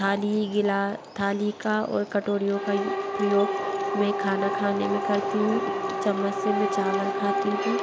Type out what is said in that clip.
थाली गिला थाली का और कटोरियों का यूं प्रयोग मैं खाना खाने में करती हूँ चम्मच से मैं चावल खाती हूँ